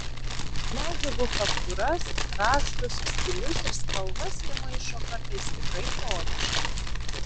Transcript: medžiagų faktūras raštus stilius ir spalvas jie maišo kartais tikrai chaotiškai